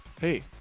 Hey